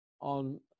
on